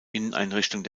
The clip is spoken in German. inneneinrichtung